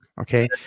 Okay